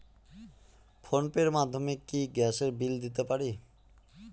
Phone pay র মাধ্যমে কি গ্যাসের বিল দিতে পারি?